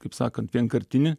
kaip sakant vienkartinį